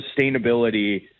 sustainability